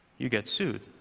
you get sued.